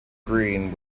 green